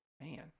Man